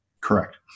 Correct